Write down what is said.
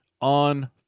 on